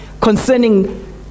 concerning